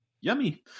Yummy